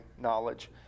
knowledge